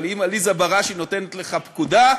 אבל אם עליזה בראשי נותנת לך פקודה,